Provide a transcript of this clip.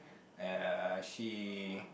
ya she